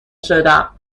شدم